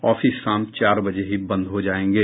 office शाम चार बजे ही बंद हो जायेंगे